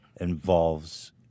involves